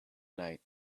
night